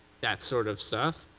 that sort of stuff.